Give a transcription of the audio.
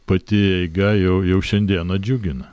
pati eiga jau jau šiandieną džiugina